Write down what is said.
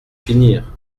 finir